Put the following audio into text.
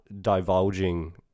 divulging